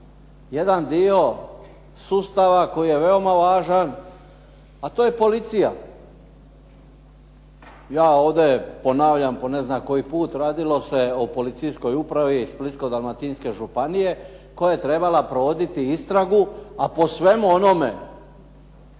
jedan dio sustava koji je veoma važan, a to je policija. Ja ovdje ponavljam po ne znam koji put radilo se o policijskoj upravi Splitsko-dalmatinske županije koja je trebala provoditi istragu, a po svemu onome